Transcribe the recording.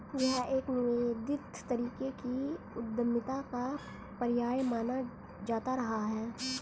यह एक निवेदित तरीके की उद्यमिता का पर्याय माना जाता रहा है